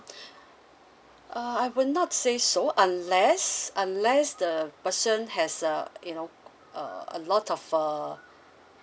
uh I will not say so unless unless the person has a you know a a lot of err